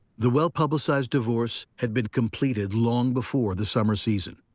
the well-publicized divorce had been completed long before the summer season.